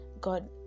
god